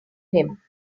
him